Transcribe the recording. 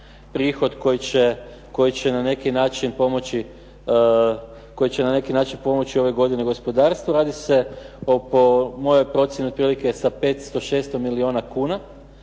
prihod koji će na neki način pomoći ove godine gospodarstvu. Radi se oko, moja je procjena otprilike 500, 600 milijuna kuna.